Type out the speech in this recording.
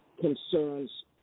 concerns